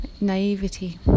naivety